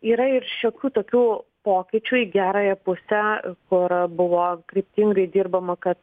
yra ir šiokių tokių pokyčių į gerąją pusę pora buvo kryptingai dirbama kad